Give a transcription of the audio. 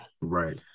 Right